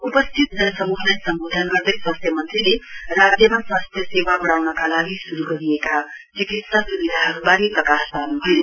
उपस्थित जनसमूहलाई सम्बोधन गर्दै स्वास्थ्य मन्त्रीले राज्यमा स्वास्थ्य सेवा बढाउनका लागि शुरू गरिएका चिकित्सा सुविधाहरूबारे प्रकाश पार्नुभयो